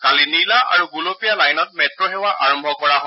কালি নীলা আৰু গোলপীয়া লাইনট মেট্ সেৱা আৰম্ভ কৰা হয়